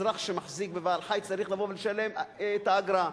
אזרח שמחזיק בבעל-חיים צריך לבוא ולשלם את האגרה.